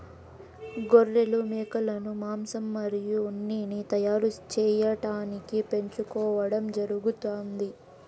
గొర్రెలు, మేకలను మాంసం మరియు ఉన్నిని తయారు చేయటానికి పెంచుకోవడం జరుగుతాంది